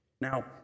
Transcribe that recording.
now